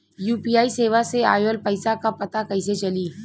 UPI सेवा से ऑयल पैसा क पता कइसे चली?